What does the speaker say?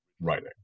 writing